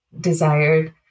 desired